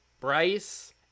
Bryce